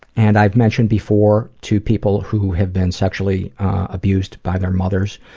and i've mentioned before to people who have been sexually abused by their mothers